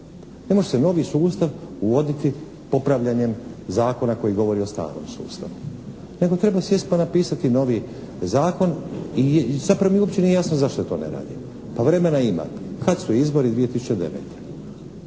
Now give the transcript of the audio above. Ne može se novi sustav uvoditi popravljanjem zakona koji govori o starom sustavu, nego treba sjest pa napisati novi zakon i zapravo mi nije uopće jasno zašto se to ne radi. Pa vremena imate. Kad su izbori? 2009.!